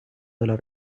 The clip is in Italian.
della